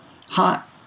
hot